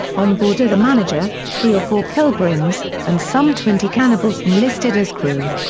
on board are the manager, three or four pilgrims and some twenty cannibals enlisted as crew.